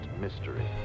mystery